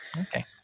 okay